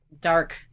dark